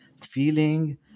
feeling